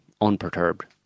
unperturbed